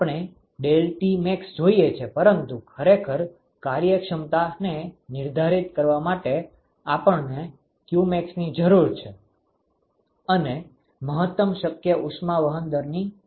આપણે ∆Tmax જોઈએ છે પરંતુ ખરેખર કાર્યક્ષમતાને નિર્ધારિત કરવા માટે આપણને qmaxની જરૂર છે અને મહત્તમ શક્ય ઉષ્માવહન દરની જરૂર છે